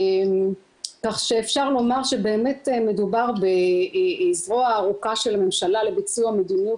כך שאפשר לומר שבאמת מדובר בזרוע ארוכה של הממשלה לביצוע מדיניות